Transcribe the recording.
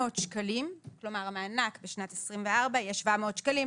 שקלים" כלומר המענק בשנת 2024 יהיה 700 שקלים,